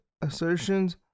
assertions